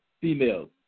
females